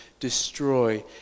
destroy